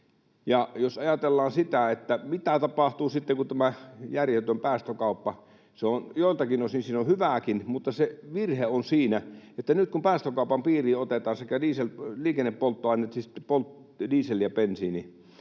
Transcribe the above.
Jos ajatellaan, mitä tapahtuu sitten, kun tämä järjetön päästökauppa... Joiltakin osin siinä on hyvääkin, mutta se virhe on siinä, että nyt kun päästökaupan piiriin otetaan liikennepolttoaineet — siis diesel ja bensiini